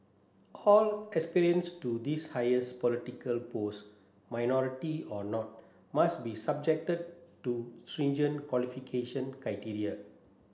all aspirants to this highest political post minority or not must be subjected to stringent qualification criteria